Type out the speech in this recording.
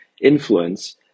influence